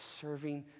serving